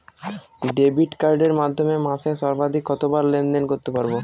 Debit কার্ডের মাধ্যমে মাসে সর্বাধিক কতবার লেনদেন করতে পারবো?